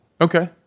Okay